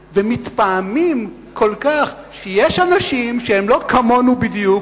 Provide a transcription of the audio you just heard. ומתפעמים כל כך שיש אנשים ש"הם לא כמונו בדיוק,